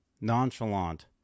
nonchalant